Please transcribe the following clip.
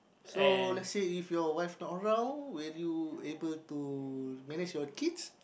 so let's say if your wife not around will you able to manage your kids